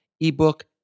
ebook